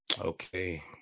Okay